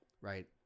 right